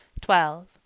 twelve